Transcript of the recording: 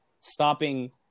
stopping